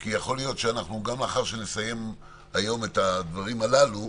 כי יכול להיות שגם לאחר שנסיים היום את הדברים הללו,